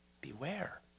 Beware